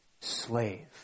slave